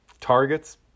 targets